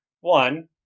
one